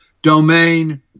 domain